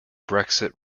brexit